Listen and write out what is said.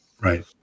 right